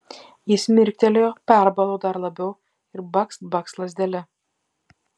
jis mirktelėjo perbalo dar labiau ir bakst bakst lazdele